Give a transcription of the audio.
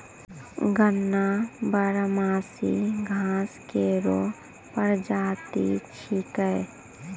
गन्ना बारहमासी घास केरो प्रजाति छिकै